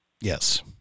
yes